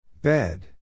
Bed